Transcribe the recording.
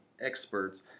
experts